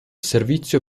servizio